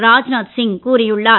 ராஜ்நாத் சிங் கூறியுள்ளார்